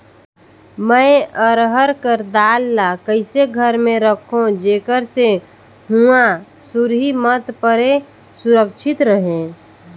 मैं अरहर कर दाल ला कइसे घर मे रखों जेकर से हुंआ सुरही मत परे सुरक्षित रहे?